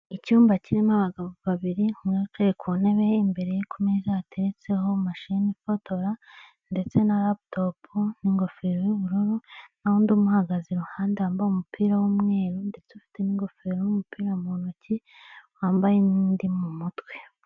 Icyumba kirimo abagabo babiri umwe yicaye ku ntebe, imbereye ku meza hateretseho mashini ifotora ndetse na raputopu, n'ingofero y'ubururu n'undi umuhagaze iruhande wambaye umupira w'umweru, ndetse ufite n'ingofero n'umupira mu ntoki, wambaye nundi mu mutwe.